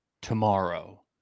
tomorrow